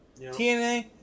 TNA